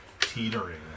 teetering